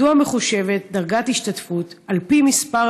מדוע מחושבת דרגת ההשתתפות על פי מספר